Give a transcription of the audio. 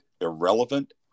irrelevant